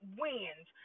wins